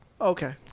Okay